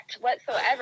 whatsoever